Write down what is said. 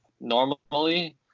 normally